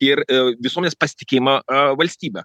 ir visuomenės pasitikėjimą valstybe